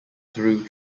through